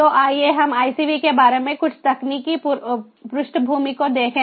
तो आइए हम ICV के बारे में कुछ तकनीकी पृष्ठभूमि को देखें